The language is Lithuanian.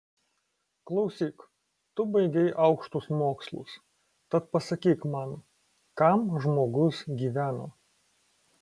klausyk tu baigei aukštus mokslus tad pasakyk man kam žmogus gyvena